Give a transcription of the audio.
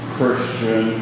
Christian